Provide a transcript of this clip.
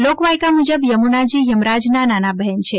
લોકવાયકા મુજબ યમુનાજી યમરાજના નાના બહેન છે